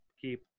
keep